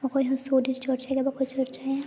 ᱚᱠᱚᱭ ᱦᱚᱸ ᱥᱚᱨᱤᱨ ᱪᱚᱨᱪᱟ ᱜᱮ ᱵᱟᱠᱚ ᱪᱚᱨᱪᱟᱭᱟ